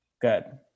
Good